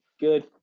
good